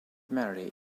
mary